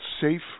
safe